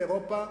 באירופה,